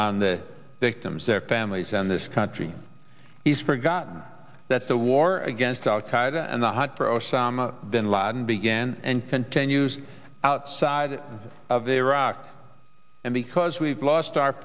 on the victims their families and this country he's forgotten that the war against al qaida and the hunt for osama bin laden began and continues outside of iraq and because we've lost our